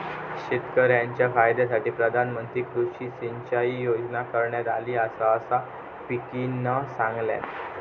शेतकऱ्यांच्या फायद्यासाठी प्रधानमंत्री कृषी सिंचाई योजना करण्यात आली आसा, असा पिंकीनं सांगल्यान